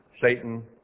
Satan